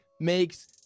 makes